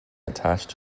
attached